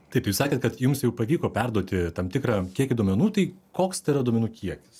taip tai jūs sakėt kad jums jau pavyko perduoti tam tikrą kiekį duomenų tai koks tai yra duomenų kiekis